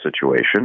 situation